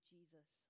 Jesus